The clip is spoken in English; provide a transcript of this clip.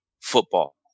football